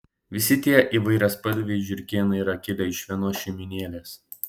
visi tie įvairiaspalviai žiurkėnai yra kilę iš vienos šeimynėlės